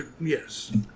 yes